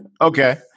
okay